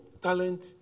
talent